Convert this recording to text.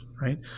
Right